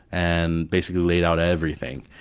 and basically laid out everything.